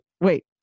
wait